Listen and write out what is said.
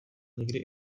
někdy